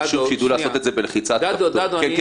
החשוד בשלב הזה,